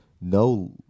no